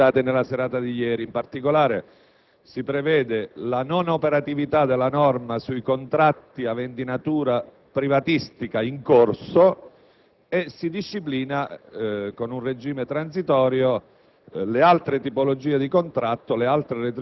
un regime transitorio che riprende alcuni subemendamenti presentati nella serata di ieri: in particolare, si prevede la non operatività della norma sui contratti aventi natura privatistica in corso